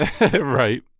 Right